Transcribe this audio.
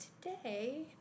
today